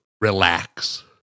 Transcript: relax